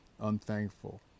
unthankful